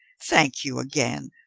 thank you again.